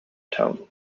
town